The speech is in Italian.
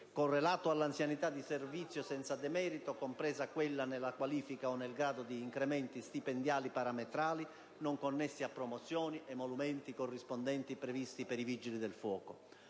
correlato all'anzianità di servizio senza demerito, compresa quella nella qualifica o nel grado; incrementi stipendiali parametrali non connessi a promozioni; emolumenti corrispondenti previsti per i Vigili del fuoco).